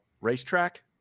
Racetrack